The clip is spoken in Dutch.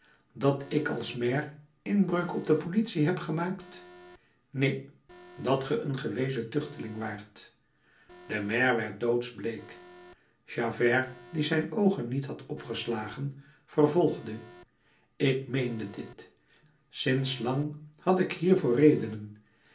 dat ik als maire inbreuk op de politie heb gemaakt neen dat ge een gewezen tuchteling waart de maire werd doodsbleek javert die zijn oogen niet had opgeslagen vervolgde ik meende dit sinds lang had ik hiervoor redenen